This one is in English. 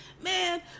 man